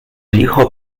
licho